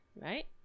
Right